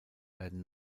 werden